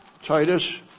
Titus